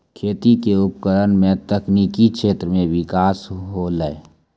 खेती क उपकरण सें तकनीकी क्षेत्र में बिकास होलय